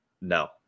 no